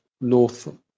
North